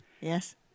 yes